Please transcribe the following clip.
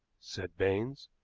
said baines.